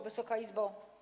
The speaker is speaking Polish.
Wysoka Izbo!